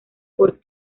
por